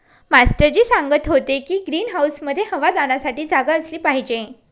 master ji सांगत होते की ग्रीन हाऊसमध्ये हवा जाण्यासाठी जागा असली पाहिजे